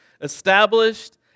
established